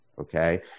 okay